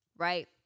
Right